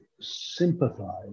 sympathise